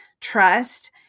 trust